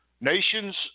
Nations